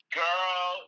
girl